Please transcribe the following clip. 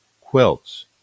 quilts